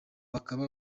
kakaba